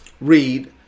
read